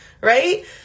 Right